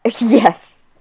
Yes